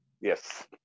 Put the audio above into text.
Yes